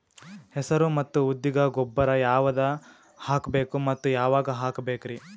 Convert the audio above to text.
ಹೆಸರು ಮತ್ತು ಉದ್ದಿಗ ಗೊಬ್ಬರ ಯಾವದ ಹಾಕಬೇಕ ಮತ್ತ ಯಾವಾಗ ಹಾಕಬೇಕರಿ?